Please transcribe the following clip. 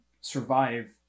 survive